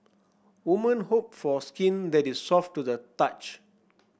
woman hope for skin that is soft to the touch